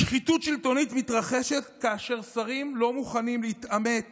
שחיתות שלטונית מתרחשת כאשר שרים לא מוכנים להתעמת